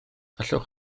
allwch